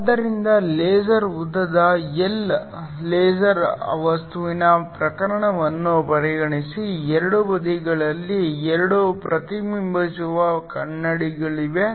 ಆದ್ದರಿಂದ ಲೇಸರ್ ಉದ್ದದ L laser ವಸ್ತುವಿನ ಪ್ರಕರಣವನ್ನು ಪರಿಗಣಿಸಿ ಎರಡೂ ಬದಿಗಳಲ್ಲಿ 2 ಪ್ರತಿಬಿಂಬಿಸುವ ಕನ್ನಡಿಗಳಿವೆ